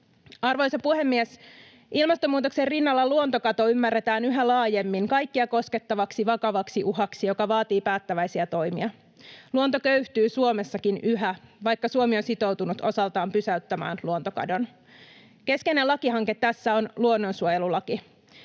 Arvoisa puhemies! Ilmastonmuutoksen rinnalla luontokato ymmärretään yhä laajemmin kaikkia koskettavaksi, vakavaksi uhaksi, joka vaatii päättäväisiä toimia. Luonto köyhtyy Suomessakin yhä, vaikka Suomi on sitoutunut osaltaan pysäyttämään luontokadon. Keskeinen lakihanke tässä on luonnonsuojelulaki.